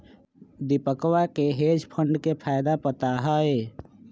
दीपकवा के hedge fund के फायदा पता हई